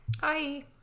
Hi